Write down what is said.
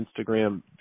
Instagram